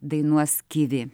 dainuos kivi